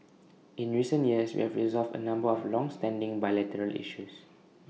in recent years we have resolved A number of longstanding bilateral issues